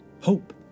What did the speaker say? Hope